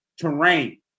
terrain